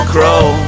Crow